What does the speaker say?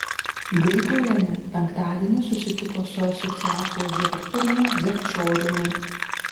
grigorienė penktadienį susitiko su asociacijos direktoriumi dzekčioriumi